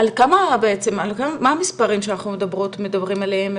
מהם המספרים שאנחנו מדברות ומדברים עליהם,